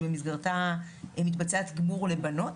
שבמסגרת מתבצע תגבור לבנות,